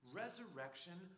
resurrection